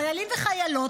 חיילים וחיילות,